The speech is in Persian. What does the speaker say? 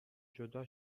جدا